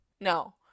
No